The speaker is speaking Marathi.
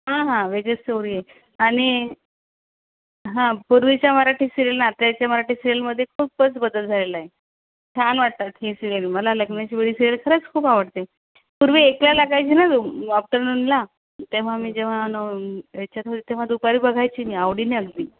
हा हा वेगळीच स्टोरी आहे आणि हा पूर्वीच्या मराठी सिरीयल आणि आताच्या मराठी सिरीयलमध्ये खूपच बदल झालेला आहे छान वाटतात ही सीरियल मला लग्नाची बेडी सिरीयल खरंच खूप आवडते पूर्वी एकला जायची ना आफ्टरनूनला तेव्हा मी जेव्हा मी याच्यात होती तेव्हा दुपारी बघायची मी आवडीने अगदी